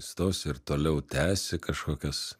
įstosi ir toliau tęsi kažkokias